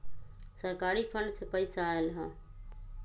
सरकारी फंड से पईसा आयल ह?